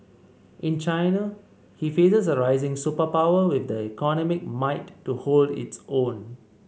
in China he faces a rising superpower with the economic might to hold its own